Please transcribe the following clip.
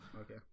Okay